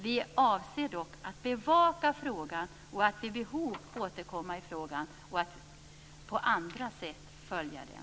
Vi avser dock att bevaka frågan och att vid behov återkomma i frågan och på andra sätt följa den.